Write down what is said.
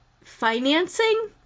financing